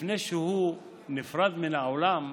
לפני שהוא נפרד מן העולם,